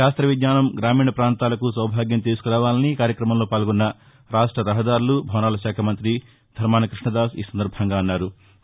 శాస్త్రవిజ్ఞానం గ్రామీణ ప్రాంతాలకు సాభాగ్యం తీసుకురావాలని కార్యక్రమంలో పాల్గొన్న రాష్ట రహదారులు భవనాలు శాఖ మంత్రి ధర్మాన కృష్ణదాస్ అన్నారు